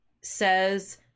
says